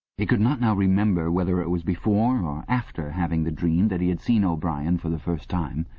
he could not now remember whether it was before or after having the dream that he had seen o'brien for the first time,